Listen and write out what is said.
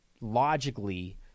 logically